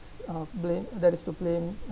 uh blame that is to blame